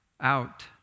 out